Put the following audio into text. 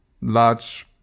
large